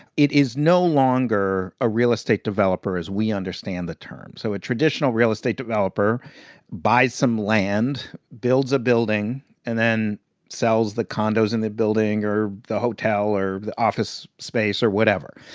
it is no longer a real estate developer, as we understand the term. so a traditional real estate developer buys some land, builds a building and then sells the condos in the building or the hotel or the office space or whatever.